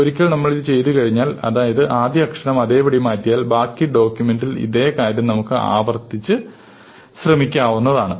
ഒരിക്കൽ നമ്മൾ ഇത് ചെയ്തുകഴിഞ്ഞാൽ അതായത് ആദ്യത്തെ അക്ഷരം അതേപടി മാറ്റിയാൽ ബാക്കി ഡോക്യൂമെന്റിൽ ഇതേകാര്യം നമുക്ക് ആവർത്തിച്ച് ശ്രമിക്കാവുന്നതാണ്